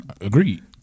Agreed